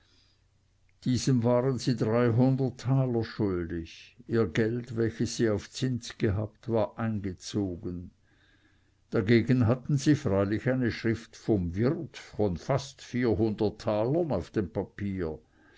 diesem waren sie dreihundert taler schuldig ihr geld welches sie auf zins gehabt war eingezogen dagegen hatten sie freilich eine schrift vom wirt von fast vierhundert talern auf dem papier